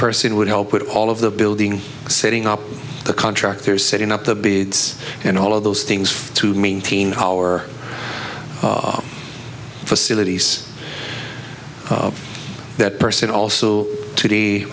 person would help with all of the building setting up the contractors setting up the beads and all of those things to maintain our facilities that person also to